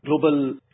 global